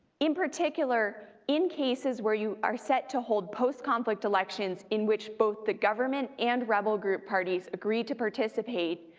in particular, in cases were you are set to hold post-conflict elections in which both the government and rebel group parties agree to participate,